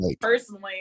personally